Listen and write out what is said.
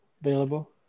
available